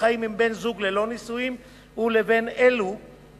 בחיים עם בן-זוג ללא נישואים לאלה שמנועות,